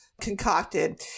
concocted